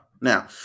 Now